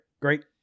great